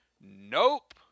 nope